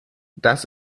das